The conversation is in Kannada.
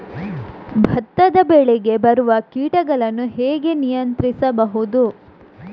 ಭತ್ತದ ಬೆಳೆಗೆ ಬರುವ ಕೀಟಗಳನ್ನು ಹೇಗೆ ನಿಯಂತ್ರಿಸಬಹುದು?